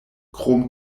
krom